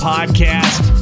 Podcast